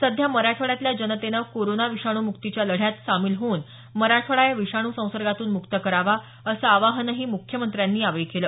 सध्या मराठवाड्यातल्या जनतेनं कोरोना विषाणू मुक्तीच्या लढ्यात सामील होऊन मराठवाडा या विषाणू संसर्गातून मुक्त करावा असं आवाहनही मुख्यमंत्र्यांनी यावेळी केलं